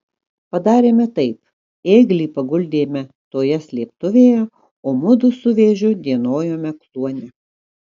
padarėme taip ėglį paguldėme toje slėptuvėje o mudu su vėžiu dienojome kluone